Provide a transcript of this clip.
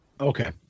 Okay